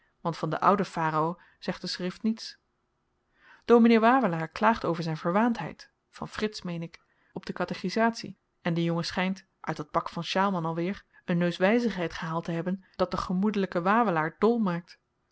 want van den ouden pharao zegt de schrift niets dominee wawelaar klaagt over zyn verwaandheid van frits meen ik op de katechisatie en de jongen schynt uit dat pak van sjaalman alweer een neuswyzigheid gehaald te hebben dat den gemoedelyken wawelaar